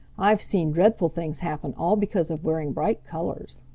i've seen dreadful things happen all because of wearing bright colors.